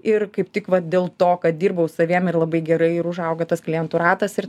ir kaip tik vat dėl to kad dirbau saviem ir labai gerai ir užaugo tas klientų ratas ir